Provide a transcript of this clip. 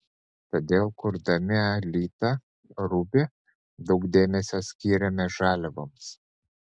todėl kurdami alita ruby daug dėmesio skyrėme žaliavoms